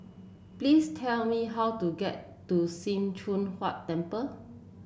please tell me how to get to Sim Choon Huat Temple